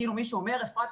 זה כאילו מישהו אומר: אפרת,